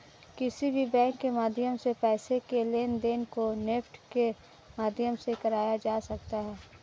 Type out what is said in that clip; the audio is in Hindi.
किसी भी बैंक के माध्यम से पैसे के लेनदेन को नेफ्ट के माध्यम से कराया जा सकता है